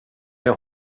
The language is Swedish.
jag